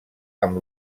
amb